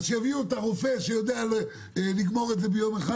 אז שיביאו את הרופא שיודע לגמור את זה ביום אחד,